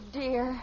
dear